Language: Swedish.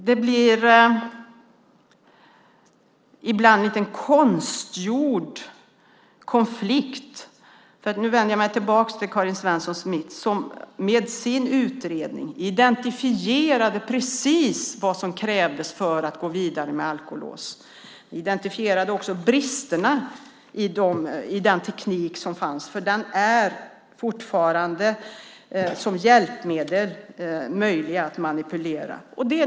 Det blir ibland en lite konstgjord konflikt. Nu vänder jag mig till Karin Svensson Smith igen. Med sin utredning har hon identifierat precis vad som krävs för att gå vidare med alkolås. Hon identifierade också bristerna i den teknik som finns. Den är fortfarande som hjälpmedel möjlig att manipulera.